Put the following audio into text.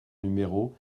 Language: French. numéro